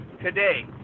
today